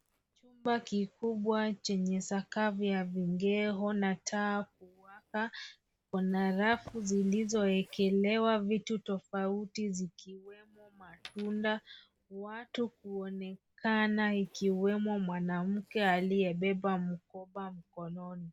Chumba kikubwa chenye sakafu ya vigae na taa kuwaka. Kuna rafu zilizoekelewa vitu tofauti, zikiwemo matunda. Watu kuonekana, ikiwemo mwanamke aliyebeba mkoba mkononi.